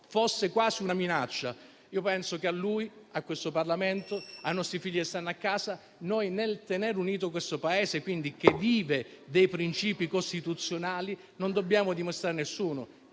fosse quasi una minaccia. Penso che a lui, a questo Parlamento, ai nostri figli che stanno a casa, noi nel tenere unito questo Paese, che vive dei principi costituzionali, non dobbiamo dimostrare - ripeto